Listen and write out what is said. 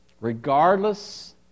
Regardless